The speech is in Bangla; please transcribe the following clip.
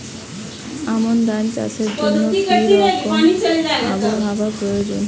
আমন ধান চাষের জন্য কি রকম আবহাওয়া প্রয়োজন?